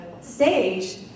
stage